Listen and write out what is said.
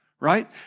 right